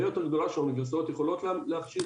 יותר גדולה שהאוניברסיטאות תוכלנה להכשיר,